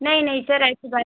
नहीं नहीं सर ऐसे बात